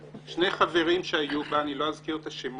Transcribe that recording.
שני חברים שיועדו להיות בה אני לא אזכיר שמות